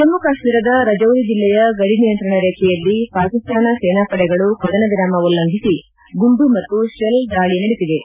ಜಮ್ಮ ಕಾಶ್ಮೀರದ ರಜೌರಿ ಜಿಲ್ಲೆಯ ಗಡಿನಿಯಂತ್ರಣ ರೇಖೆಯಲ್ಲಿ ಪಾಕಿಸ್ತಾನ ಸೇನಾಪಡೆಗಳು ಕದನವಿರಾಮ ಉಲ್ಲಂಘಿಸಿ ಗುಂಡು ಮತ್ತು ಶೆಲ್ ದಾಳಿ ನಡೆಸಿವೆ